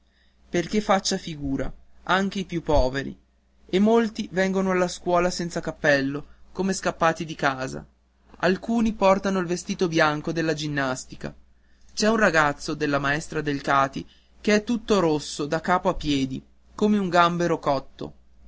perché faccia figura anche i più poveri e molti vengono alla scuola senza cappello come scappati di casa alcuni portano il vestito bianco della ginnastica c'è un ragazzo della maestra delcati che è tutto rosso da capo a piedi come un gambero cotto